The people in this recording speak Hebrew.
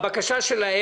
לפני חצי שנה.